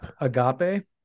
agape